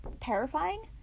terrifying